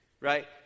right